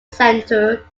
center